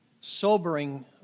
sobering